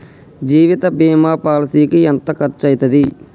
జీవిత బీమా పాలసీకి ఎంత ఖర్చయితది?